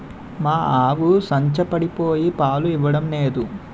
మా ఆవు సంచపడిపోయి పాలు ఇవ్వడం నేదు